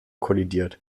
kollidiert